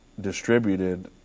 distributed